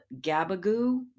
gabagoo